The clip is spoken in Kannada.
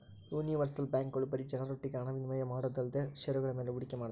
ಯೂನಿವರ್ಸಲ್ ಬ್ಯಾಂಕ್ಗಳು ಬರೀ ಜನರೊಟ್ಟಿಗೆ ಹಣ ವಿನಿಮಯ ಮಾಡೋದೊಂದೇಲ್ದೆ ಷೇರುಗಳ ಮೇಲೆ ಹೂಡಿಕೆ ಮಾಡ್ತಾವೆ